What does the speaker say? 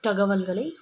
தகவல்களை